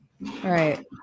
right